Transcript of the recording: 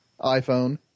iPhone